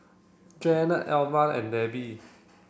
Janet Alvia and Debbie